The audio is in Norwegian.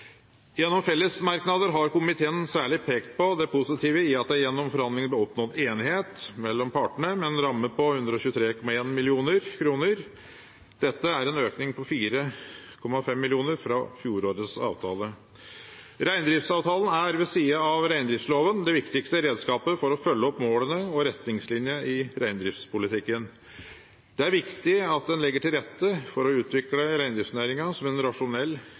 Gjennom fellesmerknadene har komiteen særlig pekt på det positive i at det gjennom forhandlingene ble oppnådd enighet mellom partene, med en ramme på 123,1 mill. kr. Dette er en økning på 4,5 mill. kr fra fjorårets avtale. Reindriftsavtalen er ved siden av reindriftsloven det viktigste redskapet for å følge opp målene og retningslinjene i reindriftspolitikken. Det er viktig at en legger til rette for å utvikle reindriftsnæringen som en rasjonell,